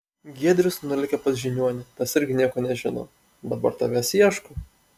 giedrius nulėkė pas žiniuonį tas irgi nieko nežino dabar tavęs ieško